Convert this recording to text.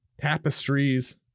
tapestries